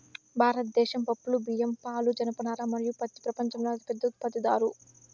భారతదేశం పప్పులు, బియ్యం, పాలు, జనపనార మరియు పత్తి ప్రపంచంలోనే అతిపెద్ద ఉత్పత్తిదారు